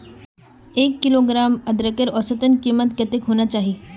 एक किलोग्राम अदरकेर औसतन कीमत कतेक होना चही?